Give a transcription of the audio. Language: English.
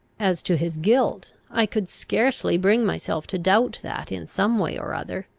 as to his guilt, i could scarcely bring myself to doubt that in some way or other,